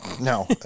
No